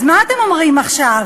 אז מה אתם אומרים עכשיו?